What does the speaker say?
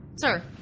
Sir